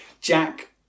Jack